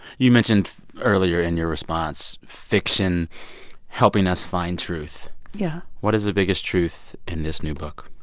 you mentioned earlier in your response fiction helping us find truth yeah what is the biggest truth in this new book?